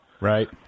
Right